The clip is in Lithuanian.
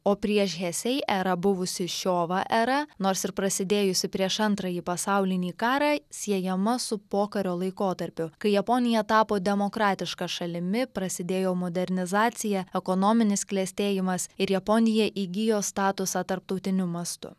o prieš heisei erą buvusi šiova era nors ir prasidėjusi prieš antrąjį pasaulinį karą siejama su pokario laikotarpiu kai japonija tapo demokratiška šalimi prasidėjo modernizacija ekonominis klestėjimas ir japonija įgijo statusą tarptautiniu mastu